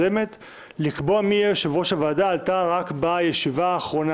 ההחלטה לקבוע מי יהיה יושב-ראש הוועדה עלתה רק בישיבה האחרונה,